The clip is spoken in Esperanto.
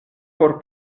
por